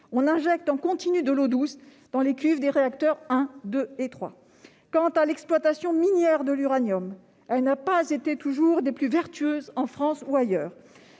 on injecte en continu de l'eau douce dans les cuves des réacteurs 1, 2 et 3. Quant à l'exploitation minière de l'uranium, elle n'a pas toujours été des plus vertueuses, en France comme ailleurs.